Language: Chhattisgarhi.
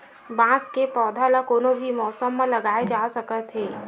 बांस के पउधा ल कोनो भी मउसम म लगाए जा सकत हे